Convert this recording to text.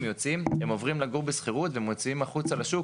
יוצאים עוברים לגור בשכירות ומוציאים החוצה לשוק